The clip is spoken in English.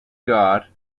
god